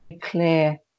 clear